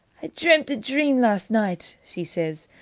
i dreamt a dream last night, she says,